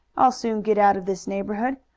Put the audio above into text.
i'll soon get out of this neighborhood.